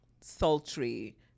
sultry